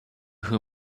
who